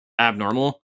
abnormal